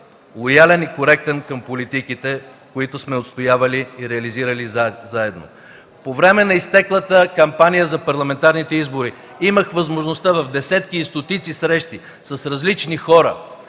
лоялен и коректен към политиките, които сме отстоявали и реализирали заедно. По време на изтеклата кампания за парламентарните избори в десетки и стотици срещи с различни хора